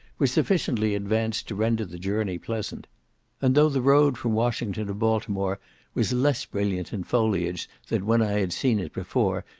was sufficiently advanced to render the journey pleasant and though the road from washington to baltimore was less brilliant in foliage than when i had seen it before,